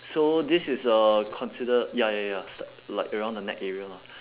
so this is uh considered ya ya ya li~ like around the neck area lah